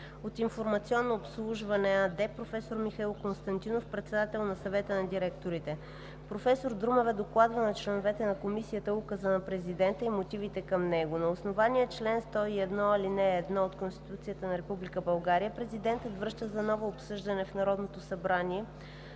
от „Информационно обслужване“ АД професор Михаил Константинов – председател на Съвета на директорите. Професор Емилия Друмева докладва на членовете на Комисията Указа на президента и мотивите към него. На основание чл. 101, ал. 1 от Конституцията на Република България президентът връща за ново обсъждане в Народното събрание